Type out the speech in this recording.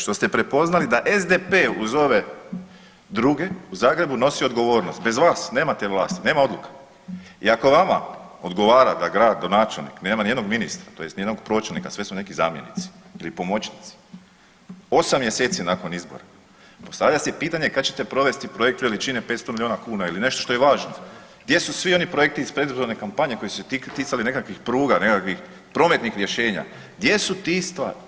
Što ste prepoznali da SDP uz ove druge u Zagrebu nosi odgovornost, bez vas, nemate vlasti, nema odluka i ako vama odgovara da gradonačelnik nema nijednog ministra tj. nijednog pročelnika, sve su neki zamjenici ili pomoćnici, 8 mj. nakon izbora, postavlja se pitanje kad ćete provest projekt veličine 500 milijuna kuna ili nešto što je važno, gdje su svi oni projekti iz prethodne kampanje koji su se ticali nekakvih pruga, nekakvih prometnih rješenja, gdje su te stvari?